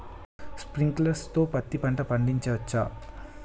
Sprinkler తో పత్తి పంట పండించవచ్చా?